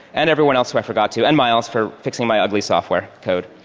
and everyone else who i forgot to. and miles for fixing my ugly software code.